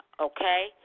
okay